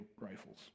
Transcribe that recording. rifles